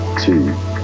two